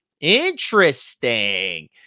Interesting